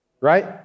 right